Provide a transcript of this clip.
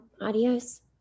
adios